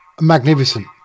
Magnificent